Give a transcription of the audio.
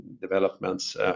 developments